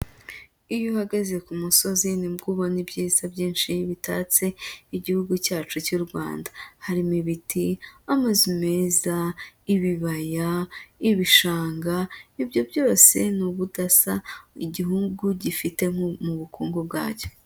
Iyo uhagaze ku musozi nibwo ubona ibyiza byinshi bitatse igihugu cyacu cy'u Rwanda, harimo ibiti, amazu meza, ibibaya, ibishanga ibyo byose ni ubudasa igihugu gifite nko mu bukungu bwacyo.